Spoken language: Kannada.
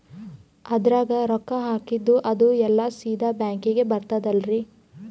ಅದ್ರಗ ರೊಕ್ಕ ಹಾಕಿದ್ದು ಅದು ಎಲ್ಲಾ ಸೀದಾ ಬ್ಯಾಂಕಿಗಿ ಬರ್ತದಲ್ರಿ?